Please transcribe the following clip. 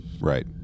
Right